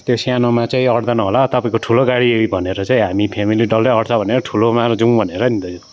त्यो सानोमा चाहिँ आँट्दैन होला तपाईँको ठुलो गाडी भनेर चाहिँ हामी फेमिली डल्लै आँट्छ भनेर ठुलोमा जाउँ भनेर नि दाजु